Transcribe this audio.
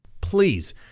Please